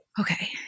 Okay